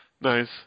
Nice